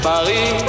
Paris